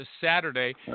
Saturday